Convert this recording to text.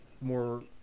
more